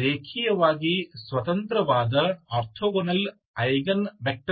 ರೇಖೀಯವಾಗಿ ಸ್ವತಂತ್ರವಾದ orthogonal eigen ವೆಕ್ಟರ್ಗಳನ್ನು ಪಡೆಯುತ್ತೀರಿ